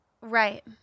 Right